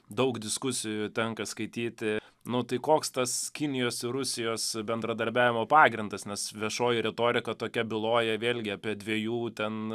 daug diskusijų tenka skaityti nu tai koks tas kinijos ir rusijos bendradarbiavimo pagrindas nes viešoji retorika tokia byloja vėlgi apie dviejų ten